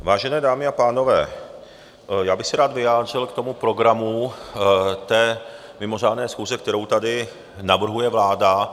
Vážené dámy a pánové, rád bych se vyjádřil k programu té mimořádné schůze, kterou tady navrhuje vláda.